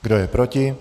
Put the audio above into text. Kdo je proti?